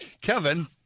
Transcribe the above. Kevin